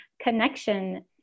connection